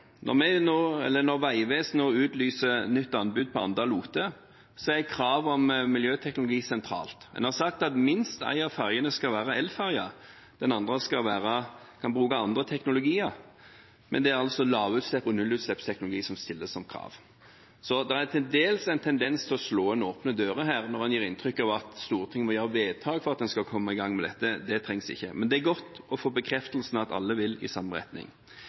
Når Vegvesenet nå utlyser nytt anbud på Anda–Lote, er kravet om miljøteknologi sentralt. En har sagt at minst en av fergene skal være elferge. På den andre kan man bruke andre teknologier, men lavutslipps- og nullutslippsteknologi stilles altså som krav. Så det er til dels en tendens til å slå inn åpne dører her når en gir inntrykk av at Stortinget må gjøre vedtak for at en skal komme i gang med dette. Det trengs ikke. Men det er godt å få bekreftelsen på at alle vil i samme retning.